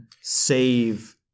save